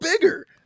bigger